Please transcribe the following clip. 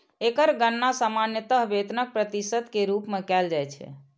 एकर गणना सामान्यतः वेतनक प्रतिशत के रूप मे कैल जाइ छै